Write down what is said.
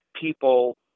people